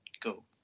go